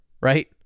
right